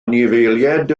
anifeiliaid